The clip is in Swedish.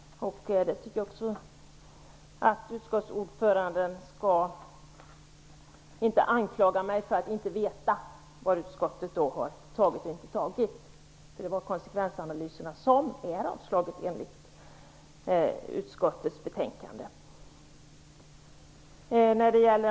Jag tycker inte att utskottsordföranden skall anklaga mig för att inte veta vad utskottet antagit och inte antagit. Konsekvensanalyserna har avslagits av utskottet, enligt betänkandet.